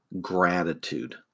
gratitude